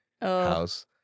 house